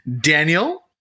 Daniel